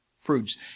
Fruits